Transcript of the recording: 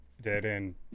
dead-end